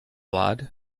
lied